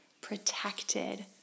protected